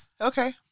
Okay